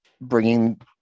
bringing